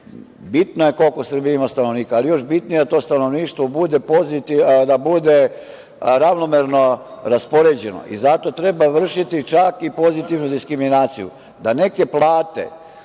bitno je koliko Srbija ima stanovnika, ali još je bitnije je da to stanovništvo bude ravnomerno raspoređeno i zato treba vršiti pozitivnu diskriminaciju i da plate